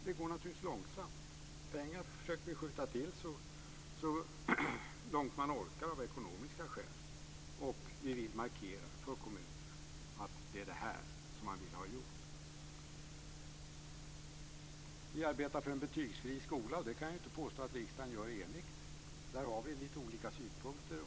Det går naturligtvis långsamt. Pengar försöker vi skjuta till så långt man orkar ekonomiskt. Vi vill markera för kommunerna att det är det här som man vill ha gjort. Vi arbetar för en betygsfri skola. Det kan jag inte påstå att riksdagen gör enigt. Där har vi lite olika synpunkter.